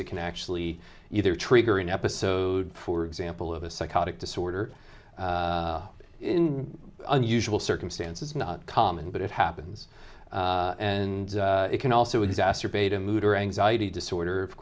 that can actually either trigger an episode for example of a psychotic disorder in unusual circumstances not common but it happens and it can also exacerbate a mood or anxiety disorder of